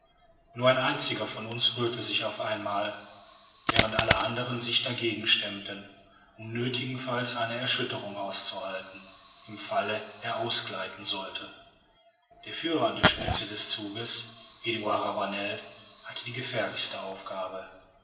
nur ein einziger von uns rührte sich auf ein mal während alle anderen sich dagegen stemmten um nötigenfalls eine erschütterung auszuhalten im fall er ausgleiten sollte der führer an der spitze des zuges eduard ravanel hatte die gefährlichste aufgabe